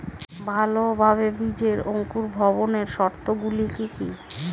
ভালোভাবে বীজের অঙ্কুর ভবনের শর্ত গুলি কি কি?